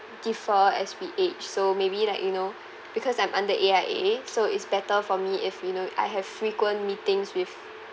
differ as we age so maybe like you know because I'm under A_I_A so is better for me if you know I have frequent meetings with